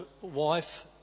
wife